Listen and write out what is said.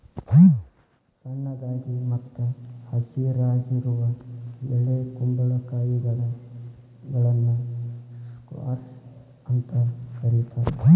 ಸಣ್ಣದಾಗಿ ಮತ್ತ ಹಸಿರಾಗಿರುವ ಎಳೆ ಕುಂಬಳಕಾಯಿಗಳನ್ನ ಸ್ಕ್ವಾಷ್ ಅಂತ ಕರೇತಾರ